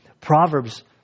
proverbs